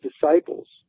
disciples